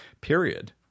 period